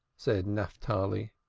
said naphtali.